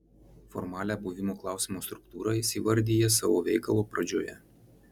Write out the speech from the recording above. formalią buvimo klausimo struktūrą jis įvardija savo veikalo pradžioje